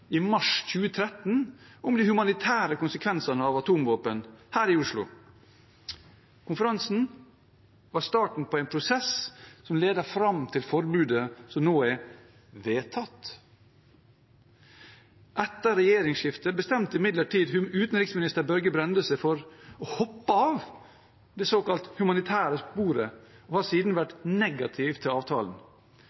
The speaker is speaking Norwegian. i mars 2013 her i Oslo om de humanitære konsekvensene av atomvåpen. Konferansen var starten på en prosess som ledet fram til forbudet som nå er vedtatt. Etter regjeringsskiftet bestemte imidlertid utenriksminister Børge Brende seg for å hoppe av det såkalte humanitære sporet og har siden